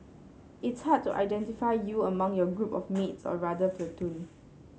it's hard to identify you among your group of mates or rather platoon